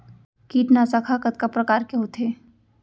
कीटनाशक ह कतका प्रकार के होथे?